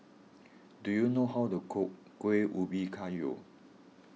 do you know how to cook Kuih Ubi Kayu